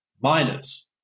miners